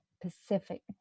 pacific